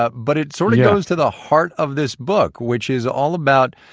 ah but it sort of goes to the heart of this book, which is all about,